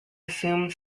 assume